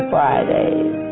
Fridays